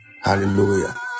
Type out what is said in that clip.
Hallelujah